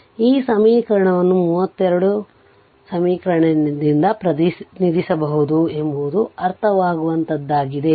ಆದ್ದರಿಂದ ಈ ಸಮೀಕರಣವನ್ನು 32 ಸಮೀಕರಣದಿಂದ ಪ್ರತಿನಿಧಿಸಬಹುದು ಎಂಬುದು ಅರ್ಥವಾಗುವಂತಹದ್ದಾಗಿದೆ